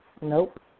nope